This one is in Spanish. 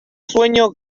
sueño